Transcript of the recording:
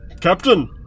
Captain